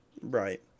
Right